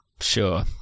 Sure